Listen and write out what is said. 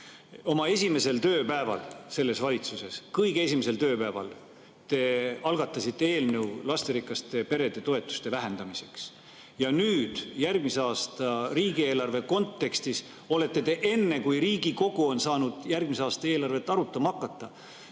Oma esimesel tööpäeval selles valitsuses, kõige esimesel tööpäeval te algatasite eelnõu lasterikaste perede toetuste vähendamiseks. Ja nüüd, järgmise aasta riigieelarve kontekstis olete te enne, kui Riigikogu on saanud järgmise aasta eelarvet arutama hakata,